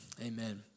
amen